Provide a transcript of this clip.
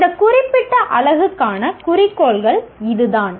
இந்த குறிப்பிட்ட அலகுக்கான குறிக்கோள்கள் இதுதான்